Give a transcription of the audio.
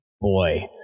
boy